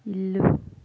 ఇల్లు